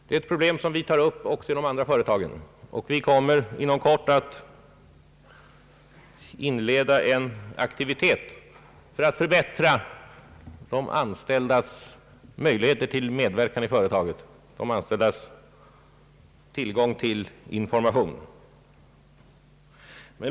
Det är ett problem som vi tar upp också i de andra företagen, och vi kommer inom kort att inleda en aktivitet för att förbättra de anställdas tillgång till information och deras möjligheter till medverkan i företagen.